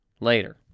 later